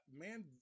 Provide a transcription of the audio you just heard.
man